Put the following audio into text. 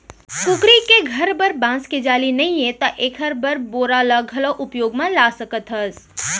कुकरी के घर बर बांस के जाली नइये त एकर बर बोरा ल घलौ उपयोग म ला सकत हस